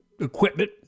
equipment